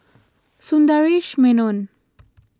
Sundaresh Menon